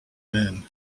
men